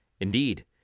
Indeed